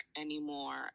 anymore